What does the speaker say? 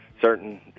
certain